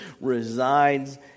resides